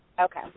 Okay